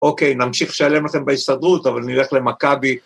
אוקיי, נמשיך לשלם לכם בהסתדרות, אבל נלך למכבי.